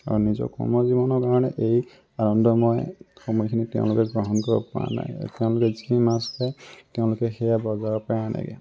আৰু নিজৰ কৰ্মজীৱনৰ কাৰণে এই আনন্দময় সময়খিনি তেওঁলোকে গ্ৰহণ কৰিব পৰা নাই তেওঁলোকে যিখিনি মাছ পায় তেওঁলোকে সেয়া বজাৰৰ পৰাই আনেগৈ